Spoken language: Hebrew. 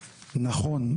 נכון,